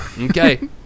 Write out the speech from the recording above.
Okay